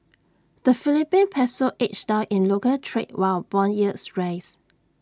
the Philippine Peso edged down in local trade while Bond yields rose